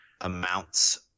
amounts